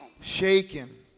Shaken